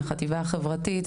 מהחטיבה החברתית,